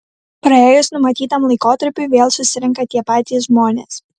praėjus numatytam laikotarpiui vėl susirenka tie patys žmonės